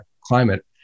climate